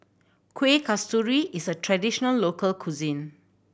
Kueh Kasturi is a traditional local cuisine